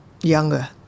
younger